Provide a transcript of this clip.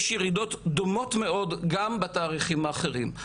יש ירידות דומות מאוד גם בתאריכים האחרים.